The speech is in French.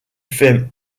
fait